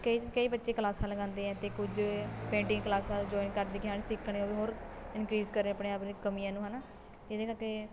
ਕਈ ਕਈ ਬੱਚੇ ਕਲਾਸਾਂ ਲਗਾਉਂਦੇ ਹੈ ਅਤੇ ਕੁਝ ਪੇਂਟਿੰਗ ਕਲਾਸਾਂ ਜੋਇਨ ਕਰਦੇ ਕੇ ਹਨ ਸਿੱਖਣ ਯੋਗ ਹੋਰ ਇਨਕ੍ਰੀਜ਼ ਕਰੇ ਆਪਣੇ ਆਪ ਨੂੰ ਕਮੀਆਂ ਨੂੰ ਹੈ ਨਾ ਇਹਦੇ ਕਰਕੇ